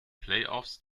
playoffs